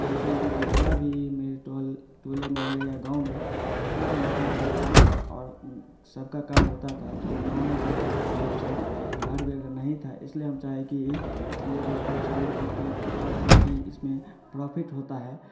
क्योंकि जितना भी मेरे टोले मोहल्ले या गाँव में जितना भी मकान बनता था और सबका काम होता था तो ये गाँव में जो था ये वेबसाइट हार्डवेयर का नहीं था इसलिए हम चाहे कि यही कि ये वेबसाइट चालू करते हैं और बहुत ही इसमें प्रॉफ़िट होता है